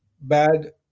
bad